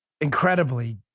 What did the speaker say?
incredibly